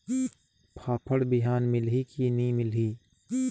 फाफण बिहान मिलही की नी मिलही?